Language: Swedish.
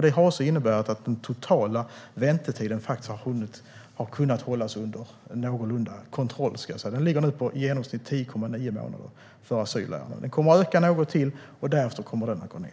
Det har inneburit att den totala väntetiden har kunnat hållas under någorlunda kontroll. Den ligger nu på i genomsnitt 10,9 månader för asylärenden. Den kommer att öka något mer, och därefter kommer den att gå ned.